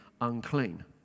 unclean